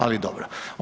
Ali dobro.